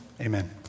Amen